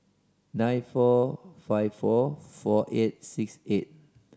nine four five four four eight six eight